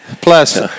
Plus